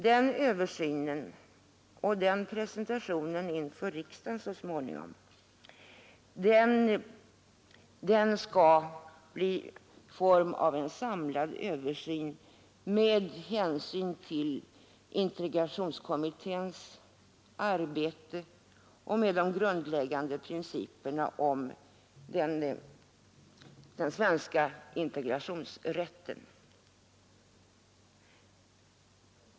Den översynen och den presentationen inför riksdagen så småningom önskar vi i form av en samlad översyn med hänsyn till integritetsskyddskommitténs arbete och med hänsyn till de grundläggande principerna om integritetsskydd på personrättens område.